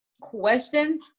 question